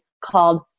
called